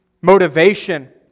motivation